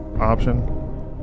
option